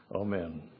Amen